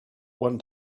one